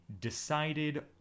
decided